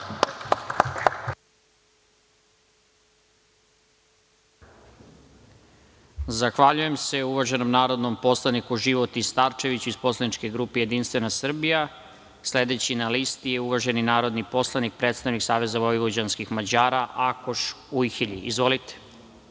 Zahvaljujem se uvaženom narodnom poslaniku Životi Starčeviću iz poslaničke grupe JS.Sledeći na listi je uvaženi narodni poslanik, predstavnik Saveza vojvođanskih Mađara, Akoš Ujhelji. Izvolite.